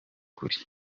ukuri